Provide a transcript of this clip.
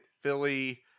Philly